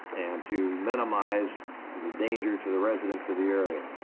and to minimize the danger to the residents of the area.